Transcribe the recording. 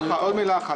עוד משפט אחד.